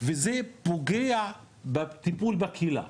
והדבר הזה פוגע בטיפול בקהילה,